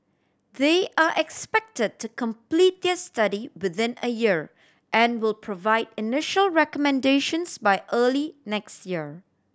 they are expected to complete their study within a year and will provide initial recommendations by early next year